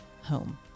home